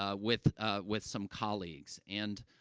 ah with, ah with some colleagues. and,